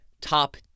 top